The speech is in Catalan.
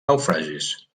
naufragis